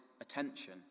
attention